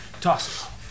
Toss